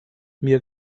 mir